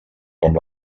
com